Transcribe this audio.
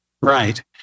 Right